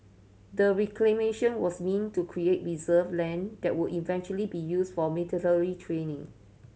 the reclamation was meant to create reserve land that would eventually be used for military training